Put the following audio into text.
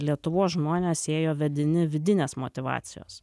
lietuvos žmonės ėjo vedini vidinės motyvacijos